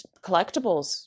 collectibles